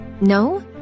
No